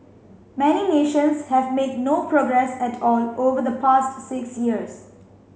many nations have made no progress at all over the past six years